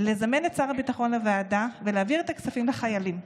לזמן את שר הביטחון לוועדה ולהעביר את הכספים לחיילים.